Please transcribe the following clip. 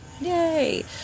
Yay